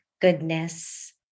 goodness